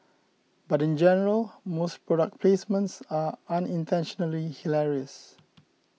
but in general most product placements are unintentionally hilarious